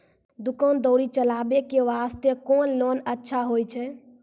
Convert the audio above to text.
दुकान दौरी चलाबे के बास्ते कुन लोन अच्छा होय छै?